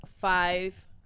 five